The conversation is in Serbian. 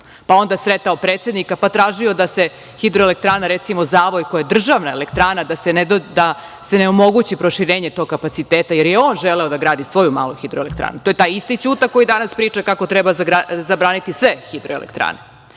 je onda sretao predsednika, pa tražio da se hidroelektrana, recimo Zavoj, koja je državna elektrana, da se ne omogući proširenje tog kapaciteta, jer je on želeo da gradi svoju malu hidroelektranu. To je danas isti Ćuta koji danas priča kako treba zabraniti sve hidroelektrane. Dakle,